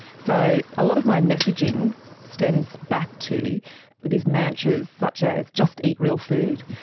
so a lot of my messaging stems back to these mantras such as just eat real food.